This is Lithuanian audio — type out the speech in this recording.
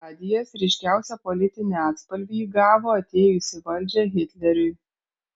radijas ryškiausią politinį atspalvį įgavo atėjus į valdžią hitleriui